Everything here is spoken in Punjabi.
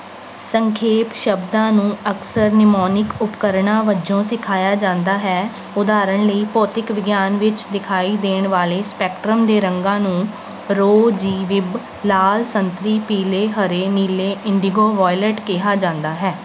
ਸੰਖੇਪ ਸ਼ਬਦਾਂ ਨੂੰ ਅਕਸਰ ਨੀਮੋਨਿਕ ਉਪਕਰਣਾਂ ਵਜੋਂ ਸਿਖਾਇਆ ਜਾਂਦਾ ਹੈ ਉਦਾਹਰਣ ਲਈ ਭੌਤਿਕ ਵਿਗਿਆਨ ਵਿੱਚ ਦਿਖਾਈ ਦੇਣ ਵਾਲੇ ਸਪੈਕਟ੍ਰਮ ਦੇ ਰੰਗਾਂ ਨੂੰ ਰੋਜੀਬਿਵ ਲਾਲ ਸੰਤਰੀ ਪੀਲੇ ਹਰੇ ਨੀਲੇ ਇੰਡੀਗੋ ਵਾਇਲਟ ਕਿਹਾ ਜਾਂਦਾ ਹੈ